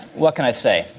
what can i say?